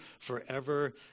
forever